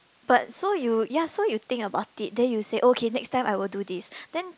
but so you ya so you think about it then you say okay next time I will do this then